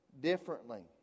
differently